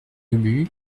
ubu